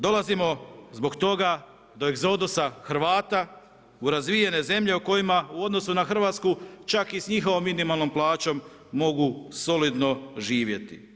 Dolazimo do toga, do egzodusa Hrvata u razvijene zemlje u kojima u odnosu na Hrvatsku, čak i s njihovom minimalnom plaćom, mogu solidno živjeti.